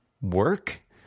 work